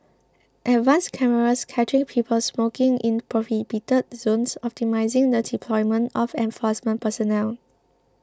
advanced cameras catching people smoking in prohibited zones optimising the deployment of enforcement personnel